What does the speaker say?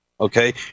okay